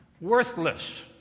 worthless